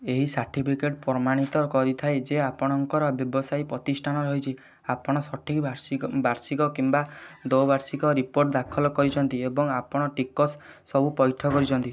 ଏହି ସାର୍ଟିଫିକେଟ ପ୍ରମାଣିତ କରିଥାଏ ଯେ ଆପଣଙ୍କର ବ୍ୟବସାୟ ପ୍ରତିଷ୍ଠାନ ରହିଛି ଆପଣ ସଠିକ ବାର୍ଷିକ ବାର୍ଷିକ କିମ୍ବା ଦ୍ୱିବାର୍ଷିକ ରିପୋର୍ଟ ଦାଖଲ କରିଛନ୍ତି ଏବଂ ଆପଣ ଟିକସ ସବୁ ପୈଠ କରିଛନ୍ତି